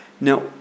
Now